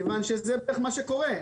כיוון שזה בערך מה שקורה.